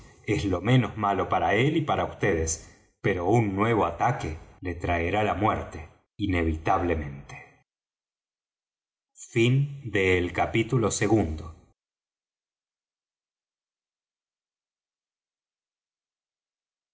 es lo menos malo para él y para vds pero un nuevo ataque le traerá la muerte inevitablemente capítulo